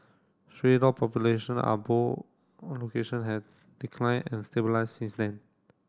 stray dog population are both location have declined and stabilised since then